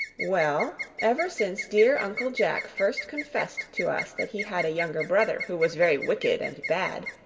well, ever since dear uncle jack first confessed to us that he had a younger brother who was very wicked and bad,